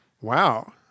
Wow